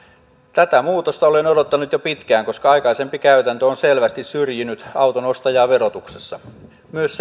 tätä muutosta olen odottanut jo pitkään koska aikaisempi käytäntö on selvästi syrjinyt auton ostajaa verotuksessa myös